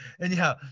Anyhow